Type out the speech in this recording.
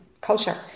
culture